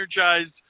energized